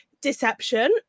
deception